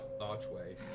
archway